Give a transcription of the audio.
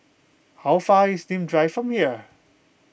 how far is Nim Drive from here